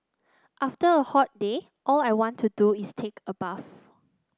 after a hot day all I want to do is take a bath